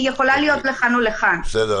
אתה תסיים, ברור.